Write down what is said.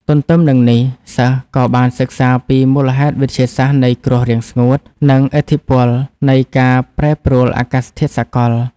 ទន្ទឹមនឹងនេះ សិស្សក៏បានសិក្សាពីមូលហេតុវិទ្យាសាស្ត្រនៃគ្រោះរាំងស្ងួត និងឥទ្ធិពលនៃការប្រែប្រួលអាកាសធាតុសកល។